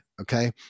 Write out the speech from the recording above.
Okay